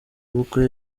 ubukwe